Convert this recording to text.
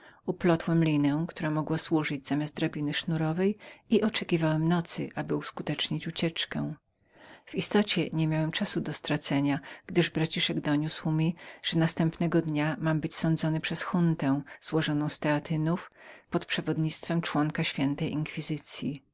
prześcieradła uwiązałem linę która wygodnie mogła służyć zamiast drabiny sznurowej i oczekiwałem nocy aby uskutecznić ucieczkę w istocie nie miałem czasu do stracenia gdyż braciszek doniósł mi że nazajutrz sąd miał się rozpocząć złożony z teatynów pod przewodnictwem członka świętej inkwizycyi